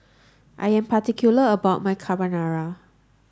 I am particular about my Carbonara